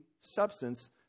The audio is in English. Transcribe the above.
substance